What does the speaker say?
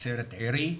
'נצרת עירי',